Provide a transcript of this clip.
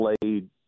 played